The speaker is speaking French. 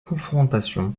confrontations